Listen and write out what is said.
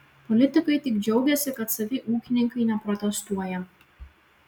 politikai tik džiaugiasi kad savi ūkininkai neprotestuoja